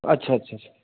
ਅੱਛਾ ਅੱਛਾ